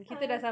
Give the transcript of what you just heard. ah